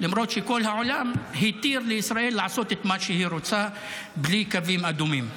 למרות שכל העולם התיר לישראל לעשות את מה שהיא רוצה בלי קווים אדומים.